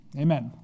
Amen